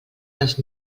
les